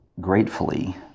gratefully